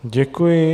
Děkuji.